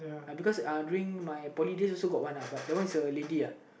ya because during my poly days also got one uh but that one is a lady uh